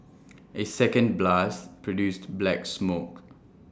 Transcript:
A second blast produced black smoke